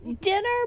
dinner